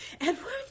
Edward